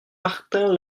martin